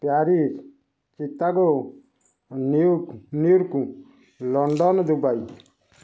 Paris Chicago ନିୟୁକ New York London Dubai